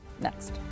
Next